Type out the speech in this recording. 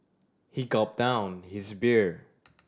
he gulped down his beer